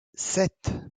sept